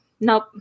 nope